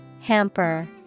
Hamper